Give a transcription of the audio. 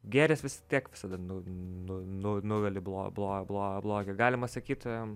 gėris vis tiek visada nu nu nu nugali blo blo blo blogį galima sakyt